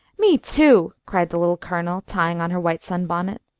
me too! cried the little colonel, tying on her white sunbonnet.